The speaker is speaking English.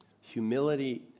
Humility